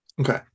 Okay